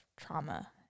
trauma